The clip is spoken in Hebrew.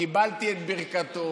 קיבלתי את ברכתו.